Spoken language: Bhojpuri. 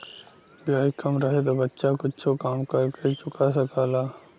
ब्याज कम रहे तो बच्चा कुच्छो काम कर के चुका सकला